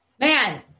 Man